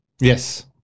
Yes